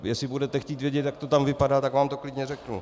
Jestli budete chtít vědět, jak to tam vypadá, tak vám to klidně řeknu.